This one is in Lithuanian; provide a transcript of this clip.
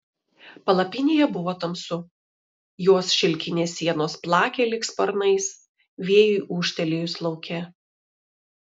palapinėje buvo tamsu jos šilkinės sienos plakė lyg sparnais vėjui ūžtelėjus lauke